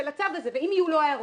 ואם יהיו לו הערות,